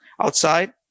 outside